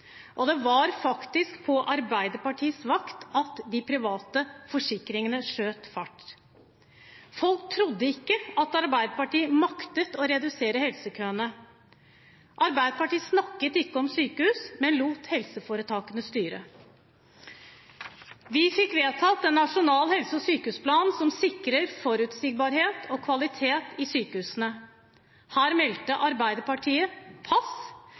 Det var faktisk på Arbeiderpartiets vakt at de private forsikringene skjøt fart. Folk trodde ikke at Arbeiderpartiet ville makte å redusere helsekøene. Arbeiderpartiet snakket ikke om sykehus, men lot helseforetakene styre. Vi fikk vedtatt en nasjonal helse- og sykehusplan som sikrer forutsigbarhet og kvalitet i sykehusene. Her meldte Arbeiderpartiet pass.